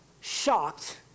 shocked